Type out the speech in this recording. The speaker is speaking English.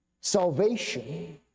salvation